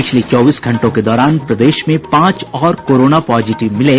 पिछले चौबीस घंटों के दौरान प्रदेश में पांच और कोरोना पॉजिटिव मिले